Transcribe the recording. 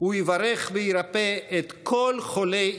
הוא יברך וירפא את כל חולי ישראל,